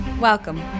Welcome